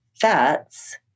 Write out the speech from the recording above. fats